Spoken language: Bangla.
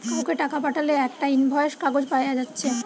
কাউকে টাকা পাঠালে একটা ইনভয়েস কাগজ পায়া যাচ্ছে